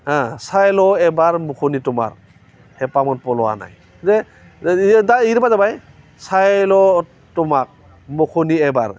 आह सायल' एबार मुख'नि तुमार हेपा मन पल'वा नाय बे बेयो दा बेनो मा जाबाय साय ल' तुमार मुख'नि एबार